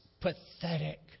pathetic